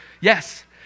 Yes